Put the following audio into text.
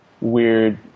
weird